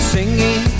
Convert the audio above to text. Singing